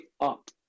up